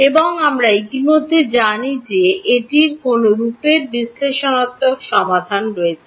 এবং আমরা ইতিমধ্যে জানি যে এটির কোন রূপের বিশ্লেষণাত্মক সমাধান রয়েছে